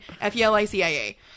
F-E-L-I-C-I-A